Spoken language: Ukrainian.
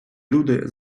люди